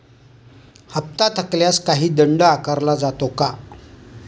हप्ता थकल्यास काही दंड आकारला जातो का?